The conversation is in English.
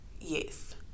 Yes